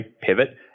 pivot